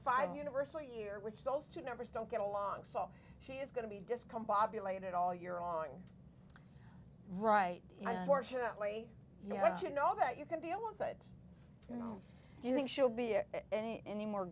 five university year which those two numbers don't get along so she is going to be discombobulated all year on right i fortunately you know that you know that you can deal with it you know you think she'll be any any more